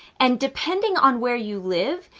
and depending on where you live,